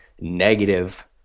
negative